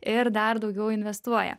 ir dar daugiau investuoja